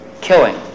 Killing